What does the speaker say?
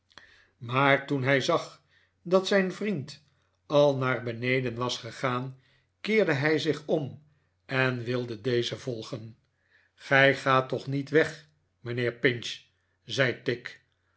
maar toen hij zag dat zijn vriend al naar beneden was gegaan keerde hij zich om en wilde dezen volgen gij gaat toch niet weg mijnheer pinch zei tigg